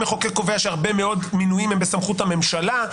המחוקק קובע שהרבה מאוד מינויים הם בסמכות הממשלה,